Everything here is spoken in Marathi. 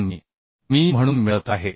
2mm म्हणून मिळत आहे